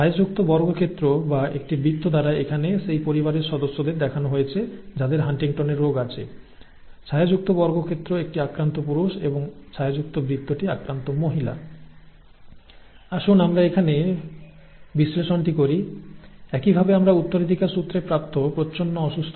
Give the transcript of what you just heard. ছায়াযুক্ত বর্গক্ষেত্র বা একটি বৃত্ত দ্বারা এখানে সেই পরিবারের সদস্যদের দেখানো হয়েছে যাদের হান্টিংটনের রোগ আছে ছায়াযুক্ত বর্গক্ষেত্র একটি আক্রান্ত পুরুষ এবং ছায়াযুক্ত বৃত্তটি আক্রান্ত মহিলা ছায়াযুক্ত একটি বর্গক্ষেত্র বা একটি বৃত্তের মাধ্যমে এটি এখানে পরিবারের সেই সদস্যদের দেখায় যাদের হান্টিংটন রোগ Huntington's disease রয়েছে যেখানে একটি ছায়াযুক্ত বর্গক্ষেত্র একটি আক্রান্ত পুরুষ এবং একটি ছায়াযুক্ত বৃত্ত একটি আক্রান্ত মহিলা বোঝায়